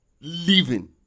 living